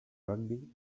rugby